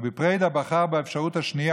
רבי פרידא בחר באפשרות השנייה,